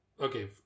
Okay